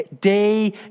day